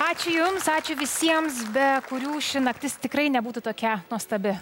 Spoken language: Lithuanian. ačiū jums ačiū visiems be kurių ši naktis tikrai nebūtų tokia nuostabi